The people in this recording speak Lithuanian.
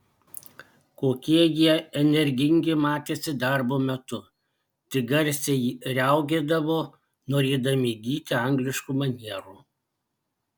kokie jie energingi matėsi darbo metu tik garsiai riaugėdavo norėdami įgyti angliškų manierų